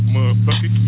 Motherfucker